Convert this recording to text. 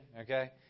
Okay